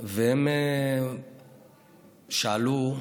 והם שאלו: